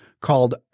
called